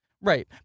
Right